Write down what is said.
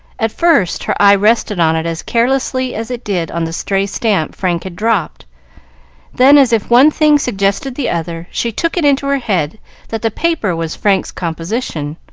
at first her eye rested on it as carelessly as it did on the stray stamp frank had dropped then, as if one thing suggested the other, she took it into her head that the paper was frank's composition,